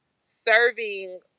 serving